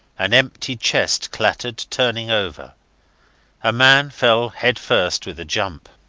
an empty chest clattered turning over a man fell head first with a jump,